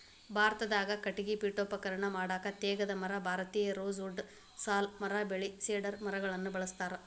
ಭಾರತದಾಗ ಕಟಗಿ ಪೇಠೋಪಕರಣ ಮಾಡಾಕ ತೇಗದ ಮರ, ಭಾರತೇಯ ರೋಸ್ ವುಡ್ ಸಾಲ್ ಮರ ಬೇಳಿ ಸೇಡರ್ ಮರಗಳನ್ನ ಬಳಸ್ತಾರ